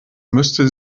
müsste